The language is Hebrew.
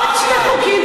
עוד שני חוקים,